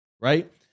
right